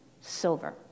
silver